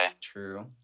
true